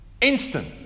instant